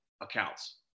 accounts